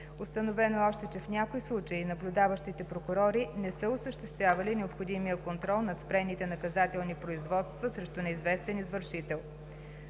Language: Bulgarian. Установено е още, че в някои случаи наблюдаващите прокурори не са осъществявали необходимия контрол над спрените наказателни производства срещу неизвестен извършител.